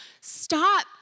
stop